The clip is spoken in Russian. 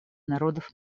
народов